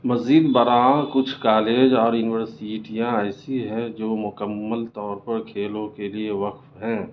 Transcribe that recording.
مزید برآں کچھ کالج اور یونیورسیٹیاں ایسی ہیں جو مکمل طور پر کھیلوں کے لیے وقف ہیں